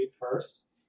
first